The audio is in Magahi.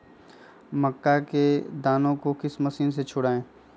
मक्का के दानो को किस मशीन से छुड़ाए?